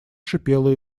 шипела